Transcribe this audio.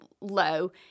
low